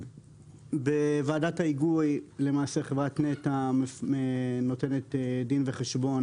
בוועדת ההיגוי למעשה חברת נת"ע נותנת דין וחשבון